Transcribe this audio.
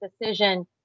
decision